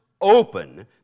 open